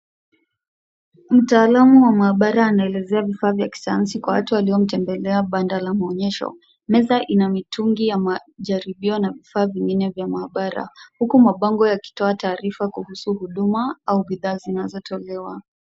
Mtaalamu wa maabara anaelezea vifaa vya kisayansi kwa watu waliomtembelea banda la maonyesho, meza ina mitungi ya majaribio na vifaa vingine vya maabara, huku mabango yakitoa taarifa kuhusu huduma au bidhaa zinazotolewa.